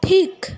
ঠিক